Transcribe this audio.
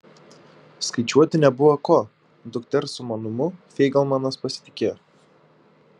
skaičiuoti nebuvo ko dukters sumanumu feigelmanas pasitikėjo